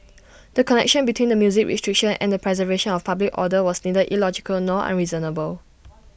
the connection between the music restriction and the preservation of public order was neither illogical nor unreasonable